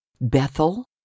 Bethel